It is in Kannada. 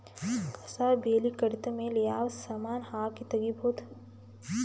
ಕಸಾ ಬೇಲಿ ಕಡಿತ ಮೇಲೆ ಯಾವ ಸಮಾನ ಹಾಕಿ ತಗಿಬೊದ?